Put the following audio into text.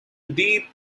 deep